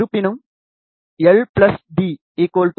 இருப்பினும் l d 0